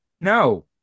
No